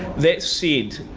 that said,